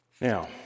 Now